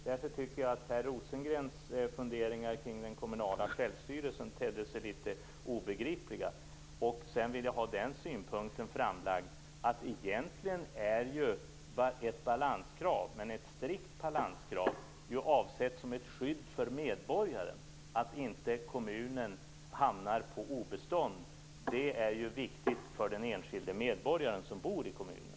Därför tycker jag att Per Rosengrens funderingar kring den kommunala självstyrelsen tedde sig något obegripliga. Sedan vill jag ha den synpunkten framlagd att ett balanskrav, men ett strikt balanskrav, egentligen är avsett som ett skydd för medborgaren mot att kommunen hamnar på obestånd. Det är viktigt för den enskilde medborgaren som bor i kommunen.